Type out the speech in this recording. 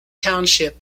township